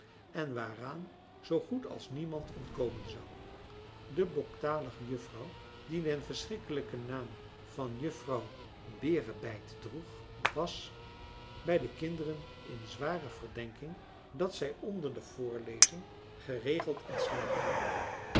en waaraan zoo goed als niemand ontkomen zou de pokdalige juffrouw die den verschrikkelijken naam van juffrouw berebijt droeg was bij de kinderen in zware verdenking dat zij onder de voorlezing geregeld in slaap raakte